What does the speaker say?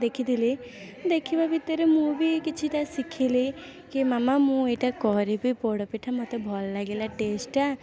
ଦେଖିଥିଲି ଦେଖିବା ଭିତରେ ମୁଁ ବି କିଛିଟା ଶିଖିଲି କି ମାମା ମୁଁ ବି ଏଇଟା କରିବି ପୋଡ଼ପିଠା ମୋତେ ଭଲଲାଗିଲା ଟେଷ୍ଟ୍ଟା